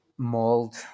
mold